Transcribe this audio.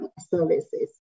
services